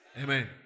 Amen